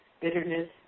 bitterness